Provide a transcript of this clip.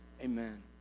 Amen